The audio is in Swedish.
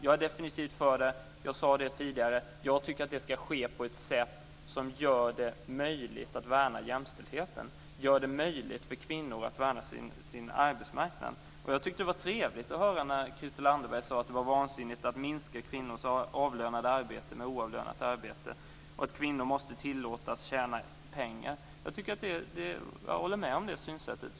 Jag är definitivt för mer tid med barnen. Jag tycker att det ska ske på ett sätt som gör det möjligt att värna jämställdheten, gör det möjligt för kvinnor att värna sin arbetsmarknad. Det var trevligt att höra Christel Anderberg säga att det är vansinnigt att minska kvinnors avlönade arbete med oavlönat arbete och att kvinnor måste tillåtas tjäna pengar. Jag håller med om det synsättet.